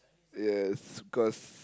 yes cause